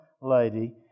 lady